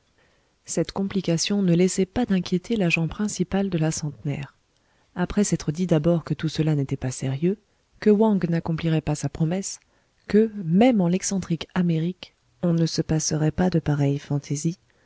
cette complication ne laissait pas d'inquiéter l'agent principal de la centenaire après s'être dit d'abord que tout cela n'était pas sérieux que wang n'accomplirait pas sa promesse que même en l'excentrique amérique on ne se passerait pas de pareilles fantaisies